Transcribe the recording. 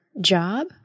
job